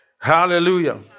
Hallelujah